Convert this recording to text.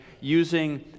using